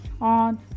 on